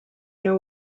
know